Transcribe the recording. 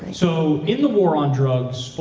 so in the war on drugs,